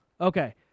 Okay